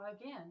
again